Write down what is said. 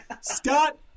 Scott